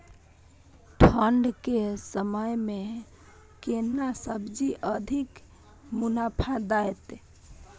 ठंढ के समय मे केना सब्जी अधिक मुनाफा दैत?